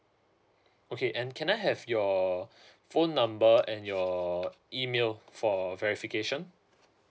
okay and can I have your phone number and your email for verification